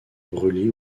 brûlé